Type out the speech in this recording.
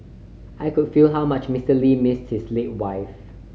I could feel how much Mister Lee missed his late wife